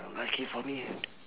lucky for me